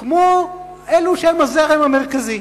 כמו אלה שהם הזרם המרכזי.